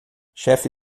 chefe